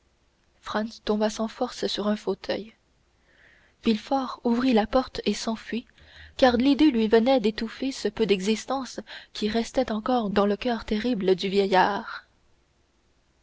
franz tomba sans force sur un fauteuil villefort ouvrit la porte et s'enfuit car l'idée lui venait d'étouffer ce peu d'existence qui restait encore dans le coeur terrible du vieillard